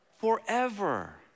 Forever